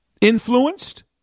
influenced